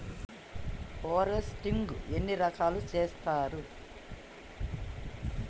Harvesting ఎన్ని రకాలుగా చేస్తరు?